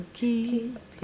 keep